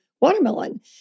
watermelon